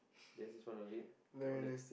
that is just one of it come on next